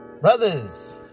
Brothers